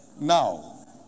now